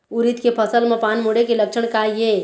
उरीद के फसल म पान मुड़े के लक्षण का ये?